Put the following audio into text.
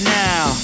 now